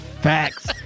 facts